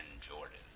Jordan